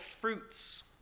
fruits